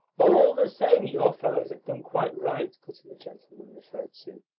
all the same, your fellows have done quite right, put in the gentleman referred to.